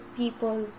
people